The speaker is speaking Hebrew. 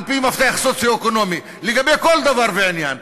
על-פי מפתח סוציו-אקונומי לגבי כל דבר ועניין.